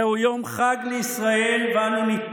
יש לך בקושי מנדט אחד.